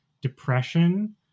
depression